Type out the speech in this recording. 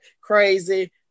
crazy